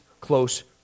close